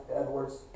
edward's